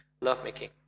lovemaking